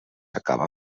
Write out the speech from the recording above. acaba